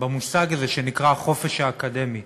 במושג הזה שנקרא החופש האקדמי